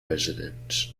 residents